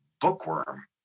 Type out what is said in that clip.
bookworm